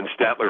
Statler